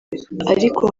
ariko